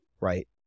right